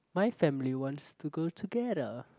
my family wants to go together